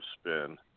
spin